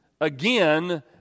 again